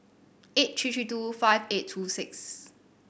eight three three two five eight two six